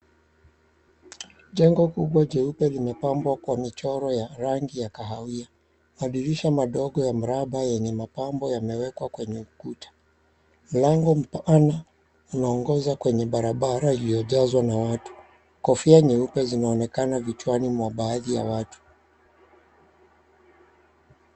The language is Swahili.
Jengo kubwa jeupe limepambwa kwa michoro ya rangi ya kahawia. Madirisha madogo ya mraba yenye mapambo yamewekwa kwenye ukuta. Mlango mpana unaongoza kwenye barabara iliyojazwa na watu. Kofia nyeupe zinaonekana vichwani mwa baadhi ya watu.